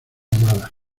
amada